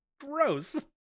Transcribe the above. Gross